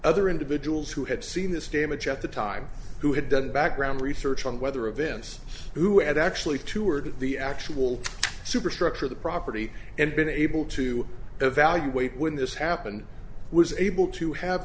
other individuals who had seen this game at the time who had done background research on whether events who had actually toured the actual superstructure the property and been able to evaluate when this happened was able to have